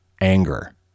anger